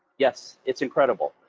yes, it's incredible.